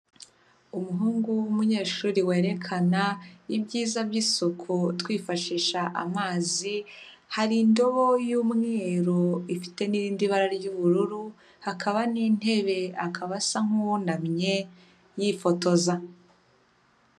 Umuhungu w'umunyeshuri werekana ibyiza by'isuku twifashisha amazi, hari indobo y'umweru ifite n'irindi bara ry'ubururu, hakaba n'intebe akaba asa nk'uwunamye yifotoza.